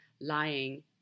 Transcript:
lying